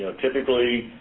typically